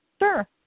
sure